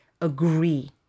agree